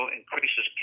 increases